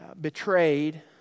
betrayed